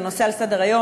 זה נושא שעל סדר-היום,